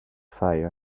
fire